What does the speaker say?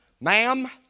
ma'am